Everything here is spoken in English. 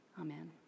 Amen